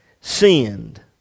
sinned